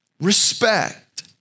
respect